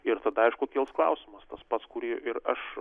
ir tada aišku kils klausimas tas pats kurį ir aš